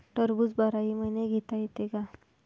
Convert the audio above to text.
टरबूज बाराही महिने घेता येते का?